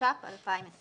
התש"ף 2020